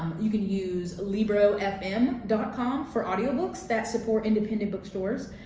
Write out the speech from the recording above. you can use librofm dot com for audiobooks that support independent bookstores,